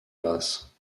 grasses